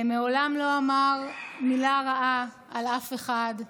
מעולם לא אמר מילה רעה על אף אחד,